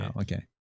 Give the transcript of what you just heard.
okay